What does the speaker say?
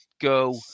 go